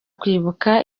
kwibuka